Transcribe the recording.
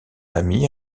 ami